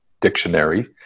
dictionary